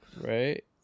Right